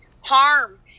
harm